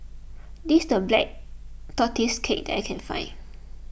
this is the Black Tortoise Cake that I can find